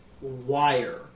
wire